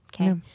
okay